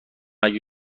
اگه